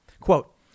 Quote